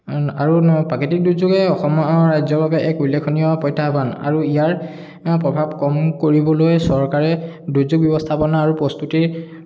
আৰু প্ৰাকৃতিক দুৰ্যোগে অসমৰ ৰাজ্যৰ বাবে এক উল্লেখনীয় প্ৰত্যাহ্বান আৰু ইয়াৰ প্ৰভাৱ কম কৰিবলৈ চৰকাৰে দুৰ্যোগ ব্যৱস্থাপনা আৰু প্ৰস্তুতি